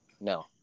No